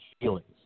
feelings